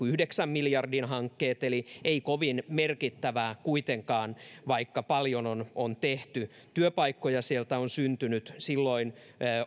yhdeksän miljardin hankkeet eli ei kovin merkittävää kuitenkaan vaikka paljon on on tehty työpaikkoja sieltä on syntynyt silloin